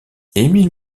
émile